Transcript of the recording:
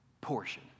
portion